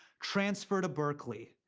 transfer to berkeley.